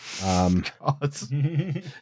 God